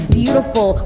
beautiful